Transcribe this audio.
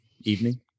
evening